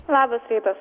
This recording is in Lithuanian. labas rytas